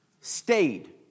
stayed